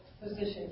position